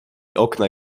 okna